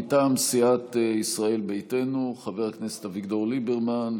מטעם סיעת ישראל ביתנו, חבר הכנסת אביגדור ליברמן.